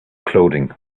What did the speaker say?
clothing